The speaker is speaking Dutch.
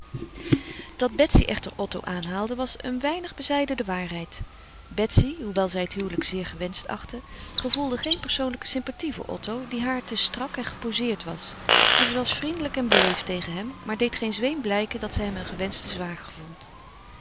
dat betsy echter otto aanhaalde was een weinig bezijden de waarheid betsy hoewel zij het huwelijk zeer gewenscht achtte gevoelde geen persoonlijke sympathie voor otto die haar te strak en gepozeerd was en zij was vriendelijk en beleefd tegen hem maar deed geen zweem blijken dat zij hem een gewenschten